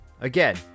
Again